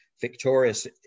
victorious